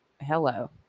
hello